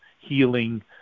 healing